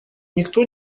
никто